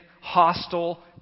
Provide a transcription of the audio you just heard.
hostile